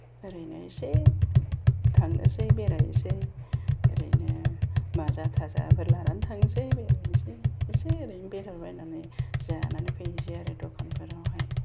ओरैनो इसे थांनोसै बेरायनोसै ओरैनो माजा थाजाफोर लानानै थांनोसै बेरायनोसै इसे एरैनो बेरायलाबायनानै जानानै फैनोसै आरो दखानफोरावहाय